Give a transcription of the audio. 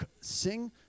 Sing